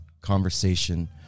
conversation